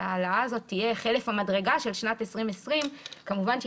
שההעלאה הזאת תהיה חלף המדרגה של שנת 2020. כמובן היא